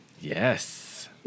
Yes